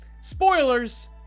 spoilers